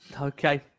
Okay